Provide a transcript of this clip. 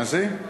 מה זה?